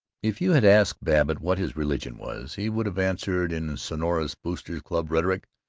if you had asked babbitt what his religion was, he would have answered in sonorous boosters'-club rhetoric,